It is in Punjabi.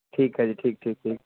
ਠੀਕ ਹੈ ਜੀ ਠੀਕ ਠੀਕ ਠੀਕ